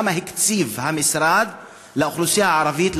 כמה הקציב המשרד לאוכלוסייה הערבית,